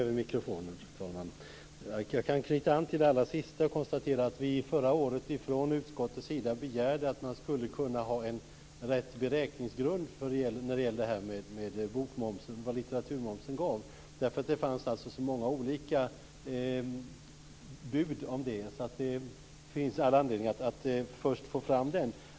Fru talman! Jag kan knyta an till det allra sista och konstatera att vi i utskottet förra året begärde att man skulle kunna ha en riktig beräkningsgrund när det gäller vad litteraturmomsen ger. Det finns så många olika bud om detta att det finns all anledning att först få fram en sådan.